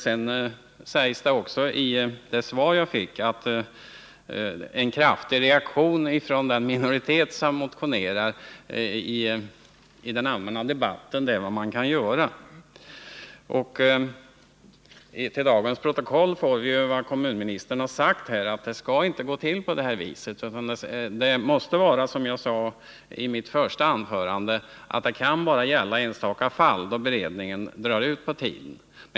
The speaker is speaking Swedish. Det sägs vidare i det svar jag fick att en kraftig reaktion i den allmänna debatten från den minoritet som motionerat också är vad som kan förekomma. Dagens protokoll kommer att innehålla vad kommunministern sagt, att det inte skall gå till på det här viset, utan att det bara — som jag också sade i mitt första anförande — får röra sig om enstaka fall där beredningen drar ut på tiden.